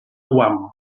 guam